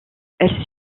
elle